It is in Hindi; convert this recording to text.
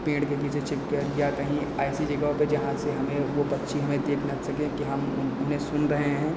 पेड़ के पीछे छिपकर या कहीं ऐसी जगह पर जहाँ से हमें वह पक्षी हमें देख ना सकें कि हम उन्हें सुन रहे हैं